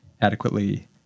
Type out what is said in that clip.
adequately